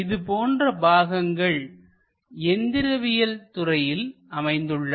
இது போன்ற பாகங்கள் எந்திரவியல் துறையில் அமைந்துள்ளன